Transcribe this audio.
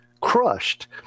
crushed